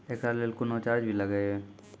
एकरा लेल कुनो चार्ज भी लागैये?